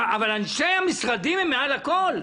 אבל אנשי המשרדים הם מעל הכול?